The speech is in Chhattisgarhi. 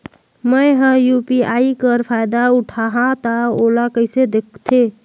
मैं ह यू.पी.आई कर फायदा उठाहा ता ओला कइसे दखथे?